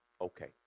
Okay